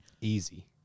Easy